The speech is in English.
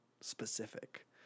specific